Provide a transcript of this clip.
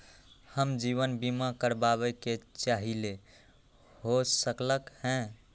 हम जीवन बीमा कारवाबे के चाहईले, हो सकलक ह?